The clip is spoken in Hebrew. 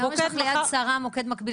היום יש את המוקד יש לך ל-"יד שרה" מוקד מקביל,